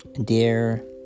Dear